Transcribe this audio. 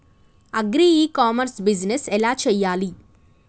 Agri e commerce business ఎలా చెయ్యాలి?